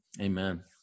Amen